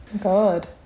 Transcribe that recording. God